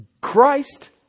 Christ